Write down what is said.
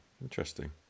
Interesting